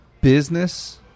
business